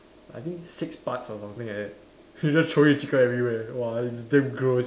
I think six parts or something like that so we just throwing chicken everywhere !wah! it's damn gross